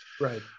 Right